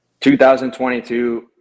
2022